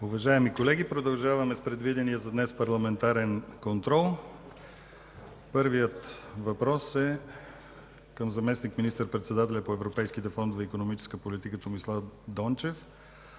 Уважаеми колеги, продължаваме с предвидения за днес: ПАРЛАМЕНТАРЕН КОНТРОЛ. Първият въпрос е към заместник министър-председателя по европейските фондове и икономическата политика Томислав Дончев.